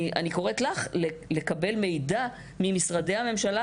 אני קוראת לך לקבל מידע ממשרדי הממשלה